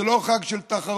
זה לא חג של תחרות,